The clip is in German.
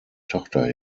tochter